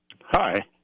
Hi